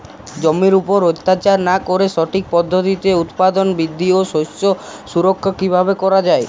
জমির উপর অত্যাচার না করে সঠিক পদ্ধতিতে উৎপাদন বৃদ্ধি ও শস্য সুরক্ষা কীভাবে করা যাবে?